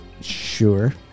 Sure